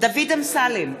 דוד אמסלם,